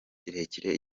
kirekire